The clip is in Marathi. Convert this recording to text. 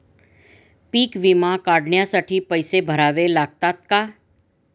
पीक विमा काढण्यासाठी पैसे भरावे लागतात का?